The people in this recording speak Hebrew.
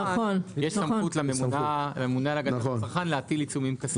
יש סמכות לממונה להגנת הצרכן להטיל עיצומים כספיים.